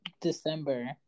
December